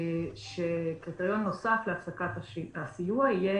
שאומר שקריטריון נוסף להפסקת הסיוע יהיה